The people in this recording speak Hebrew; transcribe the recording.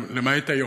למעט היום.